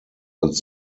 als